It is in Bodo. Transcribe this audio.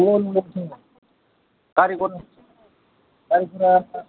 नंनाया नंगौ गारि गरा गारि गरा